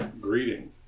greeting